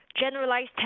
Generalized